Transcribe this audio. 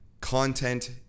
content